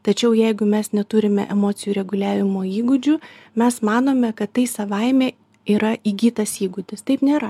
tačiau jeigu mes neturime emocijų reguliavimo įgūdžių mes manome kad tai savaime yra įgytas įgūdis taip nėra